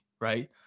Right